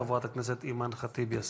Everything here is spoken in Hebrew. חברת הכנסת אימאן ח'טיב יאסין.